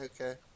okay